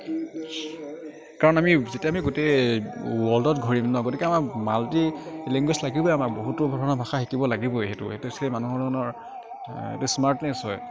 কাৰণ আমি যেতিয়া আমি গোটেই ৱৰ্লডত ঘূৰিম ন গতিকে আমাক মাল্টিলেংগুৱেজ লাগিবই আমাক বহুতো ধৰণৰ ভাষা শিকিব লাগিবই সেইটো সেইটো একচুৱেলি মানুহৰ ধৰণৰ সেইটো স্মাৰ্টনেচ হয়